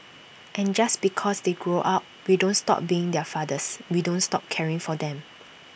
and just because they grow up we don't stop being their fathers we don't stop caring for them